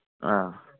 ꯑꯥ